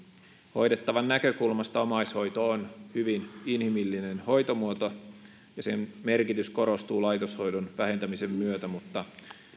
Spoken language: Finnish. hoidettavan näkökulmasta omaishoito on hyvin inhimillinen hoitomuoto ja sen merkitys korostuu laitoshoidon vähentämisen myötä mutta